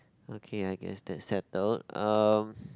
okay I guess that's settled um